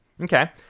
Okay